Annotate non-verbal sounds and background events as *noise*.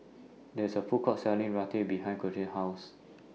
There IS A Food Court Selling Raita behind *unintelligible* House